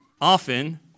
often